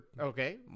Okay